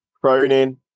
Cronin